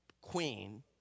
queen